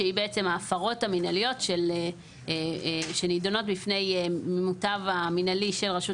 שהיא בעצם ההפרות המנהליות שנידונות בפני המוטב המנהלי של רשות